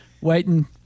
waiting